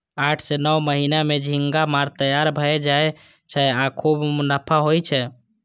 आठ सं नौ महीना मे झींगा माछ तैयार भए जाय छै आ खूब मुनाफा होइ छै